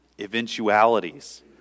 eventualities